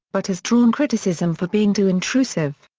but has drawn criticism for being too intrusive.